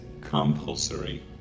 compulsory